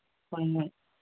ꯍꯣꯏ ꯍꯣꯏ